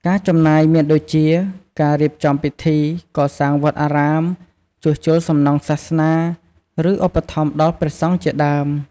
ការចំណាយមានដូចជា ការរៀបចំពិធី កសាងវត្តអារាម ជួសជុលសំណង់សាសនា ឬឧបត្ថម្ភដល់ព្រះសង្ឃជាដើម។